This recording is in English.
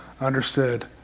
understood